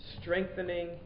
Strengthening